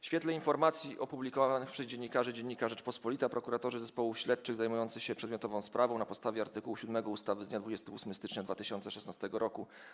W świetle informacji opublikowanych przez dziennikarzy dziennika „Rzeczpospolita” prokuratorzy zespołu śledczych zajmujący się przedmiotową sprawą na podstawie art. 7 ustawy z dnia 28 stycznia 2016 r.